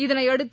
இதனையடுத்து